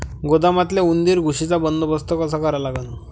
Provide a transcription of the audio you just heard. गोदामातल्या उंदीर, घुशीचा बंदोबस्त कसा करा लागन?